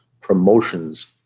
promotions